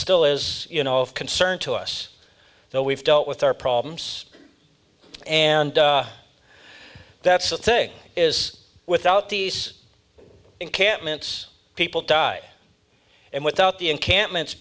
still is you know of concern to us that we've dealt with our problems and that's the thing is without these encampments people die and without the encampments